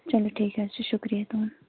چَلو ٹھیٖک حظ چھُ شُکریہ تُہُنٛد